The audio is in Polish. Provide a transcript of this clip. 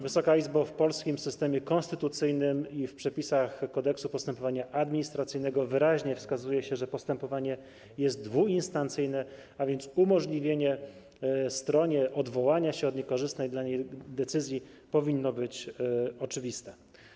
Wysoka Izbo, w polskim systemie konstytucyjnym i w przepisach Kodeksu postępowania administracyjnego wyraźnie wskazuje się, że postępowanie jest dwuinstancyjne, a więc umożliwienie stronie odwołania się od niekorzystnej dla niej decyzji powinno być oczywiste.